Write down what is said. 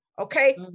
Okay